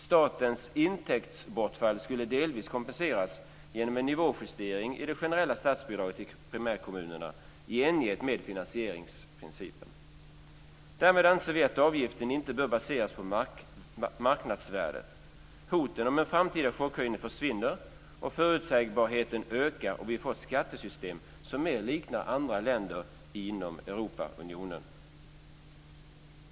Statens intäktsbortfall skulle delvis kompenseras genom en nivåjustering i det generella statsbidraget till primärkommunerna i enlighet med finansieringsprincipen. Därmed anser vi att avgiften inte bör baseras på marknadsvärdet. Hoten om en framtida chockhöjning försvinner. Förutsägbarheten ökar och vi får ett skattesystem som mer liknar andra länder inom Europaunionen.